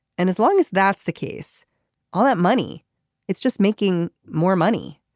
and as long as that's the case all that money it's just making more money.